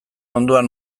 ondoan